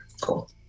cool